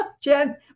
Jen